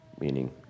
meaning